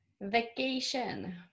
vacation